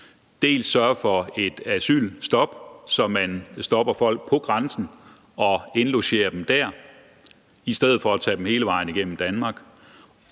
dels sørger for et asylstop, så man stopper folk på grænsen og indlogerer dem der i stedet for at tage dem hele vejen igennem Danmark.